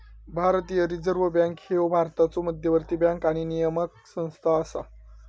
भारतीय reserve bank ह्या भारताचो मध्यवर्ती बँक आणि नियामक संस्था असा